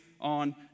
on